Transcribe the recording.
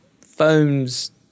phones